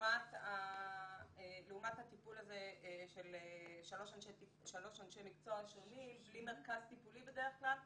לעומת הטיפול הזה של שלושה אנשי מקצוע שונים בלי מרכז טיפולי בדרך כלל,